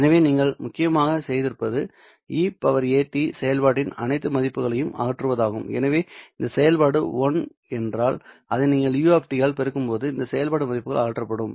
எனவே நீங்கள் முக்கியமாக செய்திருப்பது e at செயல்பாட்டின் அனைத்து மதிப்புகளையும் அகற்றுவதாகும் எனவே இந்த செயல்பாடு 1 என்றால் இதை நீங்கள் u ஆல் பெருக்கும்போது இந்த செயல்பாட்டு மதிப்புகள் அகற்றப்படும்